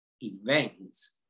events